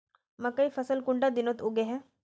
मकई फसल कुंडा दिनोत उगैहे?